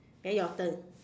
then your turn